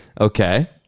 Okay